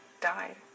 died